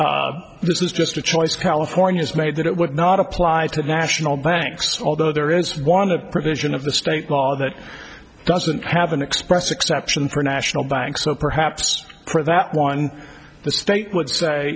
says this is just a choice california is made that it would not apply to national banks although there is one a provision of the state law that doesn't have an express exception for national banks so perhaps for that one the state would say